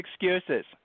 excuses